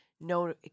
no